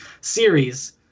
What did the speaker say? series